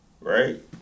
right